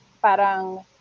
parang